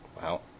Wow